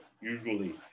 usually